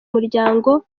muryango